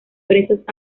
presos